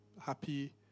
happy